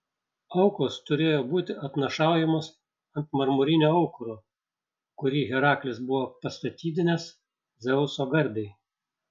aukos turėjo būti atnašaujamos ant marmurinio aukuro kurį heraklis buvo pastatydinęs dzeuso garbei